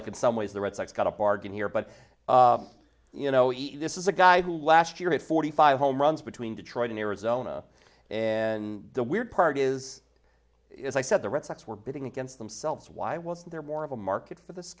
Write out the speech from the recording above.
like in some ways the red sox got a bargain here but you know either this is a guy who last year had forty five home runs between detroit in arizona and the weird part is as i said the red sox were bidding against themselves why wasn't there more of a market for th